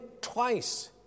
twice